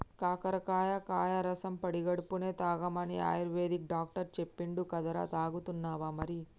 కాకరకాయ కాయ రసం పడిగడుపున్నె తాగమని ఆయుర్వేదిక్ డాక్టర్ చెప్పిండు కదరా, తాగుతున్నావా మరి